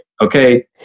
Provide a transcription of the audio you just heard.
okay